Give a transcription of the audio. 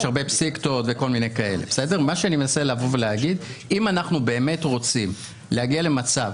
אני מנסה לומר זה שאם אנחנו באמת רוצים להגיע למצב